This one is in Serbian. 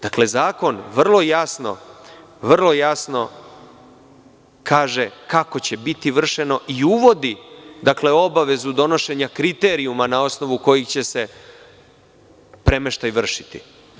Dakle, zakon vrlo jasno kaže kako će biti vršeno i uvodi obavezu donošenje kriterijuma na osnovu kojih će se premeštaj vršiti.